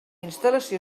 instal·lació